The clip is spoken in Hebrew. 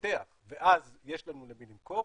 לפתח ואז יש לנו למי למכור?